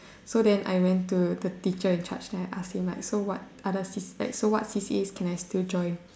so then I went to the teacher in charge and asked him so what other C_C what C_C_As can I still join